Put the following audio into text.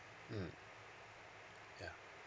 mm ya